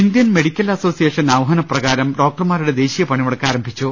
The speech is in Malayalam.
ഇന്ത്യൻ മെഡിക്കൽ അസോസിയേഷൻ ആഹ്വാന പ്രകാരം ഡോക്ടർമാരുടെ ദേശീയ പണിമുടക്ക് ആരംഭിച്ചു